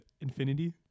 infinity